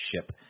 ship